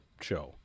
show